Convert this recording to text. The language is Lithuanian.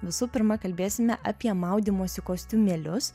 visų pirma kalbėsime apie maudymosi kostiumėlius